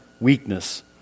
weakness